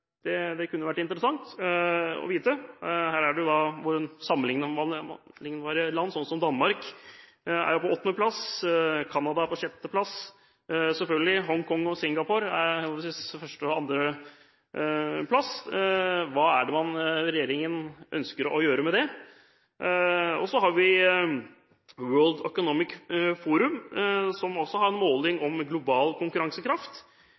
Det kunne vært interessant å vite. Her er jo sammenlignbare land som Danmark på åttende plass, Canada på sjette plass og selvfølgelig Hong Kong og Singapore på henholdsvis første og andre plass. Hva ønsker regjeringen å gjøre med det? Så har vi World Economic Forum, som også har målinger av global konkurransekraft.